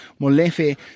Molefe